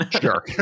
sure